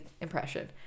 impression